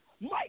Mike